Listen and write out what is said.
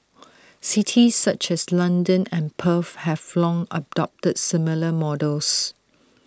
cities such as London and Perth have long adopted similar models